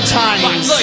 times